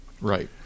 Right